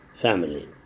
family